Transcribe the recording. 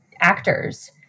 actors